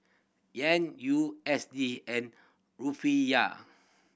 Yen U S D and Rufiyaa